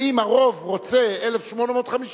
ואם הרוב רוצה 1,850,